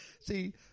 see